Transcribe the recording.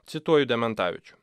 cituoju dementavičių